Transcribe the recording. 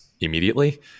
immediately